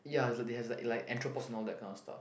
ya it's like they has like like that kind of stuff